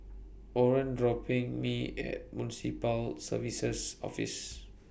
Orren dropping Me At Municipal Services Office